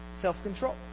self-control